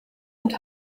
und